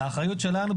באחריותנו,